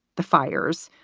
the fires,